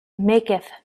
maketh